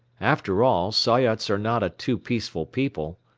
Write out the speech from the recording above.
after all, soyots are not a too peaceful people,